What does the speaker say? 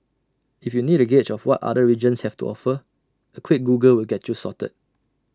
if you need A gauge of what other regions have to offer A quick Google will get you sorted